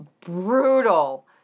brutal